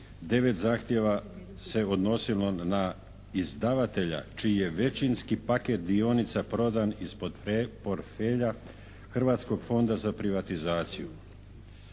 9 zahtjeva se odnosilo na izdavatelja čiji je većinski paket dionica prodan iz portfelja Hrvatskog fonda za privatizaciju.